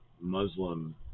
Muslim